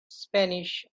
spanish